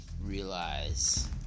realize